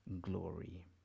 glory